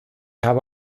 habe